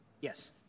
Yes